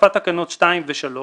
הוספת תקנות 2 ו-3